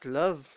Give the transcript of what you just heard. love